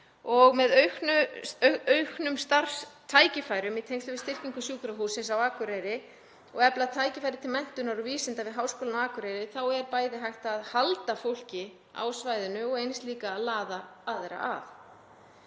því að auka starfstækifæri í tengslum við styrkingu Sjúkrahússins á Akureyri og efla tækifæri til menntunar og vísinda við Háskólann á Akureyri er hægt bæði að halda fólki á svæðinu sem og laða aðra að.